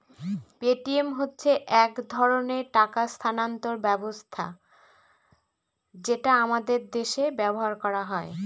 Paytm হচ্ছে এক ধরনের টাকা স্থানান্তর ব্যবস্থা যেটা আমাদের দেশে ব্যবহার করা হয়